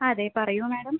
അതെ പറയൂ മാഡം